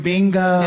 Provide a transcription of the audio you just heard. Bingo